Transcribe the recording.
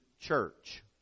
church